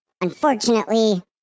Unfortunately